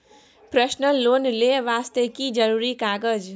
Personal loan ले वास्ते की जरुरी कागज?